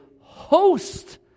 host